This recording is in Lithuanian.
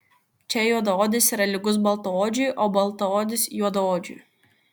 čia juodaodis yra lygus baltaodžiui o baltaodis juodaodžiui